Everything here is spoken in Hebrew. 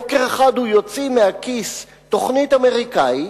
בוקר אחד הוא יוציא מהכיס תוכנית אמריקנית,